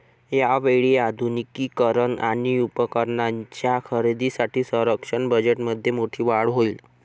यावेळी आधुनिकीकरण आणि उपकरणांच्या खरेदीसाठी संरक्षण बजेटमध्ये मोठी वाढ होईल